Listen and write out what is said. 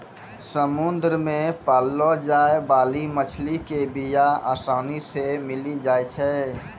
समुद्र मे पाललो जाय बाली मछली के बीया आसानी से मिली जाई छै